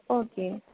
okay